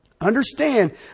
understand